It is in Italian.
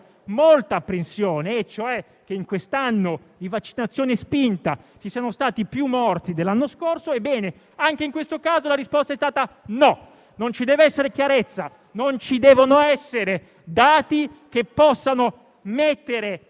molta apprensione. Illazioni sul fatto che, in quest'anno di vaccinazione spinta, ci siano stati più morti dell'anno scorso. Ebbene, anche in questo caso la risposta è stata che no, non ci deve essere chiarezza, non ci devono essere dati che possano mettere